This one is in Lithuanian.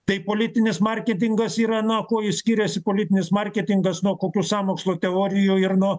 tai politinis marketingas yra na kuo jis skiriasi politinis marketingas nuo kokių sąmokslo teorijų ir nuo